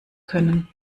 können